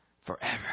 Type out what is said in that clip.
forever